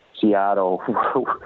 Seattle